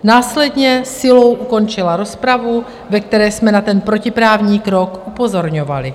Následně silou ukončila rozpravu, ve které jsme na ten protiprávní krok upozorňovali.